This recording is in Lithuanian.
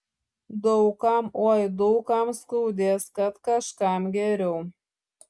daug kam oi daug kam skaudės kad kažkam geriau